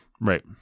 Right